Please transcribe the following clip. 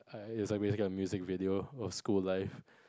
it's like basically a music video of school life